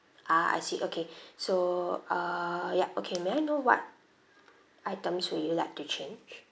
ah I see okay so uh ya okay may I know what items would you like to change